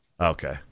okay